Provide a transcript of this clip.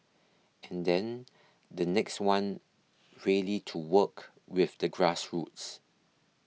and then the next one really to work with the grassroots